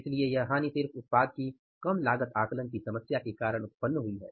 इसलिए यह हानि सिर्फ उत्पाद की कम लागत आकलन की समस्या के कारण हुई है